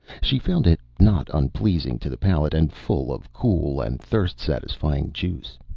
she found it not unpleasing to the palate, and full of cool and thirst-satisfying juice.